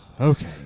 Okay